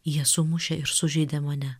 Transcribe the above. jie sumušė ir sužeidė mane